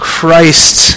Christ